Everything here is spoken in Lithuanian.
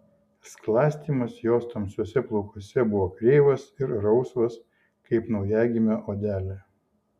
sklastymas jos tamsiuose plaukuose buvo kreivas ir rausvas kaip naujagimio odelė